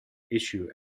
issue